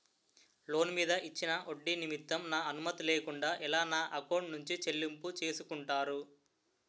Loan మీద ఇచ్చిన ఒడ్డి నిమిత్తం నా అనుమతి లేకుండా ఎలా నా ఎకౌంట్ నుంచి చెల్లింపు చేసుకుంటారు?